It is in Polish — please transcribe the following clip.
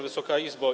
Wysoka Izbo!